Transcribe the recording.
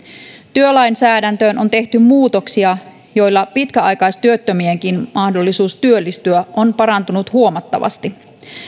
työlainsäädäntöön on tehty muutoksia joilla pitkäaikaistyöttömienkin mahdollisuus työllistyä on parantunut huomattavasti